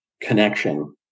connection